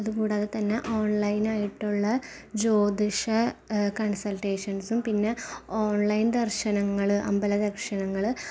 അതുകൂടാതെ തന്നെ ഓണ്ലൈനായിട്ടുള്ള ജ്യോതിഷ കണ്സള്ട്ടേഷന്സും പിന്നെ ഓണ്ലൈന് ദര്ശനങ്ങള് അമ്പല ദര്ശനങ്ങള്